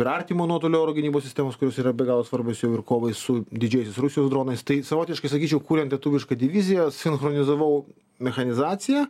ir artimo nuotolio oro gynybos sistemos kurios yra be galo svarbios jau ir kovai su didžiaisiais rusijos dronais tai savotiškai sakyčiau kuriant lietuvišką diviziją sinchronizavau mechanizaciją